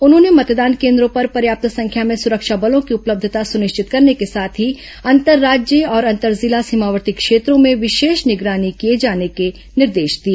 उन्होंने मतदान केन्द्रों पर पर्याप्त संख्या में सुरक्षा बलों की उपलब्यता सुनिश्चित करने के साथ ही अंतर्राज्यीय और अंतर्जिला सीमावर्ती क्षेत्रों में विशेष निगरानी किए जाने के निर्देश दिए